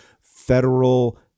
federal